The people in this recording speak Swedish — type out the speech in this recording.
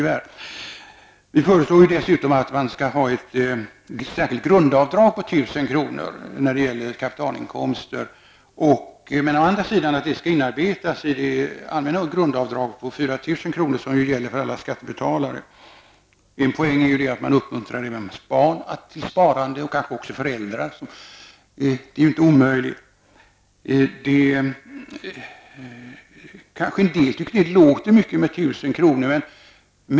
Vi föreslår dessutom att man skall ha ett särskilt grundavdrag på 1 000 kr. för kapitalinkomster. Det bör inarbetas i det allmänna grundavdraget på 4 000 kr. som gäller för alla skattebetalare. Poängen är att man uppmuntrar barn och kanske föräldrar till sparande. Det är inte omöjligt. Det kanske inte låter så mycket med 1 000 kr.